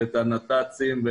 את הנת"צים,